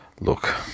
Look